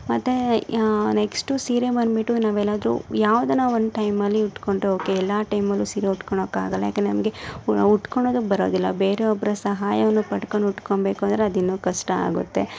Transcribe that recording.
ಮತ್ತು ನೆಕ್ಸ್ಟು ಸೀರೆ ಬಂದುಬಿಟ್ಟು ನಾವು ಎಲ್ಲಾದ್ರೂ ಯಾವ್ದಾನ ಒಂದು ಟೈಮಲ್ಲಿ ಉಟ್ಕೊಂಡರೆ ಓಕೆ ಎಲ್ಲ ಟೈಮಲ್ಲು ಸೀರೆ ಉಟ್ಕೊಳೋಕ್ಕಾಗಲ್ಲ ಯಾಕಂದರೆ ನಮಗೆ ಉಟ್ಕೊಳೋದಕ್ ಬರೋದಿಲ್ಲ ಬೇರೆ ಒಬ್ಬರ ಸಹಾಯವನ್ನು ಪಡ್ಕೊಂಡು ಉಟ್ಕೊಬೇಕು ಅಂದರೆ ಅದು ಇನ್ನು ಕಷ್ಟ ಆಗುತ್ತೆ